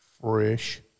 fresh